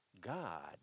God